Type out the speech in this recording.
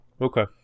Okay